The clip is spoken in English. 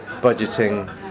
budgeting